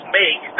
make